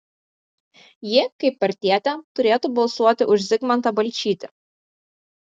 ji kaip partietė turėtų balsuoti už zigmantą balčytį